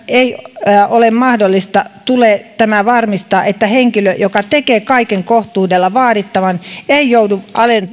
ei ole mahdollista tulee varmistaa että henkilö joka tekee kaiken kohtuudella vaadittavan ei joudu